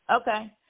Okay